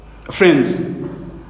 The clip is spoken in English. friends